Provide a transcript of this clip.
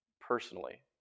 personally